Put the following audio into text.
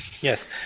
yes